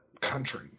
country